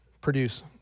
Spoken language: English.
produce